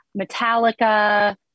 Metallica